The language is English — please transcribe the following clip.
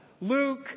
Luke